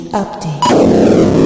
update